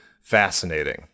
fascinating